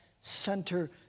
center